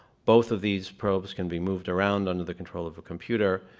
both of these probes can be moved around under the control of a computer.